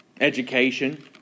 education